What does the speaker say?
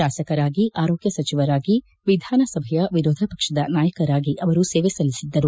ಶಾಸಕರಾಗಿ ಆರೋಗ್ಯ ಸಚಿವರಾಗಿ ವಿಧಾನ ಸಭೆಯ ವಿರೋಧ ಪಕ್ಷದ ನಾಯಕರಾಗಿ ಅವರು ಸೇವೆ ಸಲ್ಲಿಸಿದ್ದರು